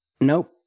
nope